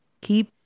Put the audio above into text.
Keep